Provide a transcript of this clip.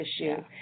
issue